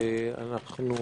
ואנחנו